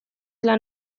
lan